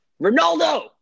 Ronaldo